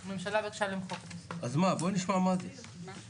היות שגם מדובר במעשה שבסוף יהיה מילה מול מילה,